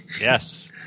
Yes